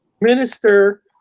minister